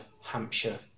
hampshire